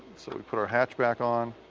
so we put our hatch back on.